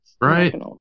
Right